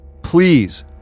Please